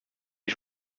est